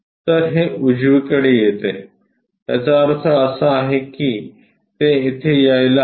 तर ते उजवीकडे येते याचा अर्थ असा आहे की ते येथे यायला हवे